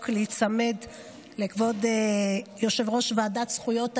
ולהיצמד לזו של כבוד יושב-ראש ועדת זכויות הילד,